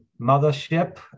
mothership